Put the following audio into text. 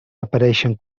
apareixen